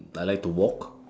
I like to walk